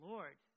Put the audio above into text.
Lord